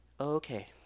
Okay